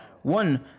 One